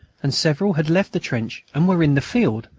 and several had left the trench and were in the field,